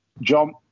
John